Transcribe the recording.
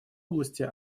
области